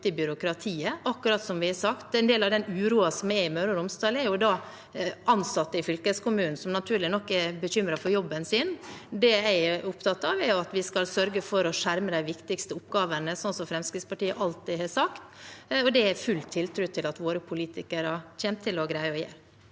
i byråkratiet, akkurat som vi har sagt. En del av uroen som er i Møre og Romsdal, gjelder ansatte i fylkeskommunen som naturlig nok er bekymret for jobben sin. Det jeg er opptatt av, er at vi skal sørge for å skjerme de viktigste oppgavene, slik Fremskrittspartiet alltid har sagt. Det har jeg full tiltro til at våre politikere kommer til å greie å gjøre.